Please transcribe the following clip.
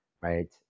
right